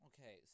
Okay